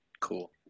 Cool